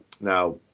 Now